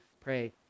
pray